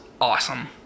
awesome